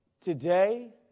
today